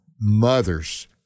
mothers